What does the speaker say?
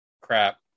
Crap